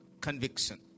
conviction